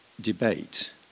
debate